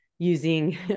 using